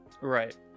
Right